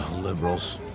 liberals